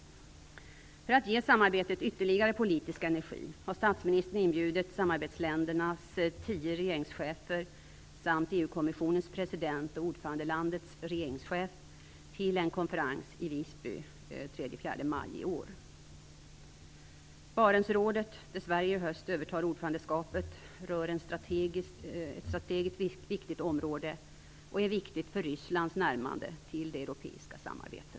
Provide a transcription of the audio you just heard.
För att ge samarbetet ytterligare politisk energi har statsministern inbjudit samarbetsländernas tio regeringschefer samt EU-kommissionens president och ordförandelandets regeringschef till en konferens i Barentsrådet, där Sverige i höst övertar ordförandeskapet, rör ett strategiskt betydelsefullt område och är viktigt för Rysslands närmande till det europeiska samarbetet.